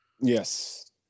Yes